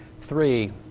Three